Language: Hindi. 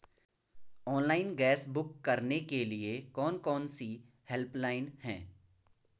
ऑनलाइन गैस बुक करने के लिए कौन कौनसी हेल्पलाइन हैं?